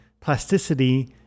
plasticity